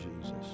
Jesus